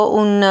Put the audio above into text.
un